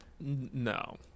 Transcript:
No